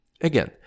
Again